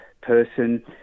person